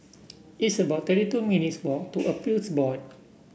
it's about twenty two minutes' walk to Appeals Board